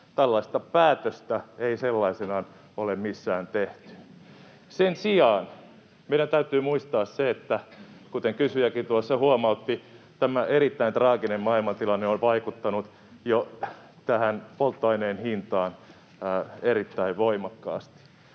[Oikealta: Millaisena on tehty?] Sen sijaan meidän täytyy muistaa se, että — kuten kysyjäkin tuossa huomautti — tämä erittäin traaginen maailmantilanne on jo vaikuttanut tähän polttoaineen hintaan erittäin voimakkaasti.